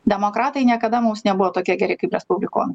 demokratai niekada mums nebuvo tokie geri kaip respublikonai